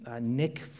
Nick